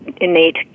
innate